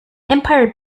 empire